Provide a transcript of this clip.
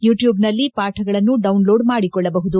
ಯೂಟ್ಕೂಬ್ನಲ್ಲಿ ಪಾಠಗಳನ್ನು ಡೌನ್ಲೋಡ್ ಮಾಡಿಕೊಳ್ಳಬಹುದು